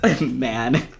man